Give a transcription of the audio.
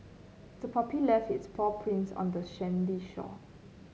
the puppy left its paw prints on the sandy shore